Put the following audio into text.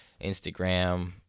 instagram